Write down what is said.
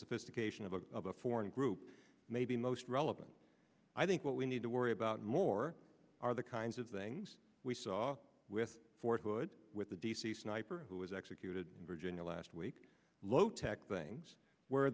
sophistication of the foreign group may be most relevant i think what we need to worry about more are the kinds of things we saw with fort hood with the d c sniper who was executed virginia last week low tech things where